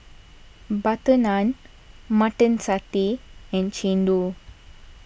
Butter Naan Mutton Satay and Chendol